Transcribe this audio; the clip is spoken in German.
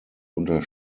unter